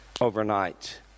overnight